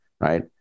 right